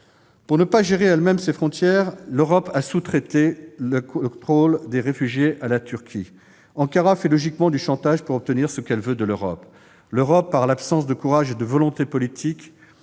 Pour ne pas avoir à gérer elle-même ses frontières, l'Union européenne a sous-traité le contrôle des réfugiés à la Turquie. Ankara fait logiquement du chantage pour obtenir ce qu'elle veut de l'Europe. L'Europe, par absence de courage et de volonté politique,